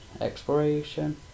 exploration